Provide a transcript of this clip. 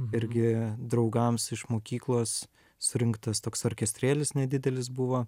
irgi draugams iš mokyklos surinktas toks orkestrėlis nedidelis buvo